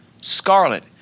scarlet